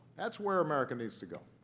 that's where america needs to go.